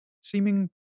seeming